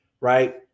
right